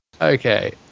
Okay